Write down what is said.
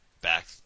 back